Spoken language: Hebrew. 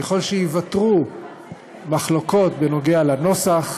ככל שייוותרו מחלוקות בנוגע לנוסח,